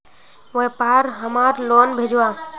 व्यापार हमार लोन भेजुआ?